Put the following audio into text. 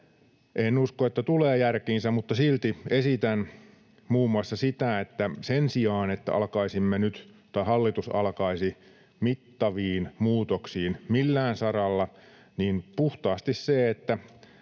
En usko, että tulee järkiinsä. — Silti esitän muun muassa sitä, että sen sijaan, että alkaisimme nyt tai hallitus alkaisi mittaviin muutoksiin millään saralla, maahanmuuttopolitiikkaa